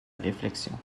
réflexion